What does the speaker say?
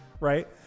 Right